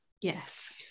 Yes